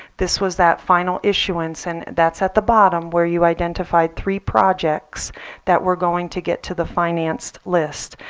this was that final issuance and that's at the bottom where you identified three projects that were going to get to the financed list.